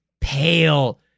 pale